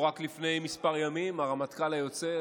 או רק לפני כמה ימים הרמטכ"ל היוצא,